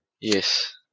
Yes